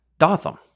Dotham